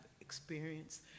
experience